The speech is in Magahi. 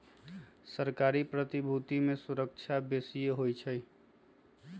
सरकारी प्रतिभूति में सूरक्षा बेशिए होइ छइ